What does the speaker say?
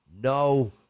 no